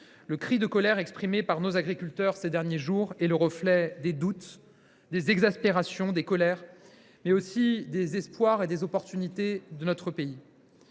le cri de colère lancé par nos agriculteurs ces derniers jours est le reflet des doutes, des exaspérations, des colères, mais aussi des espoirs et des opportunités de notre pays.